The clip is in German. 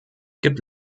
gibt